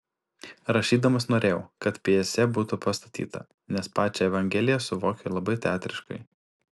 rašydamas norėjau kad pjesė būtų pastatyta nes pačią evangeliją suvokiu labai teatriškai